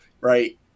right